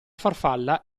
farfalla